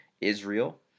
Israel